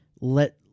let